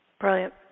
Brilliant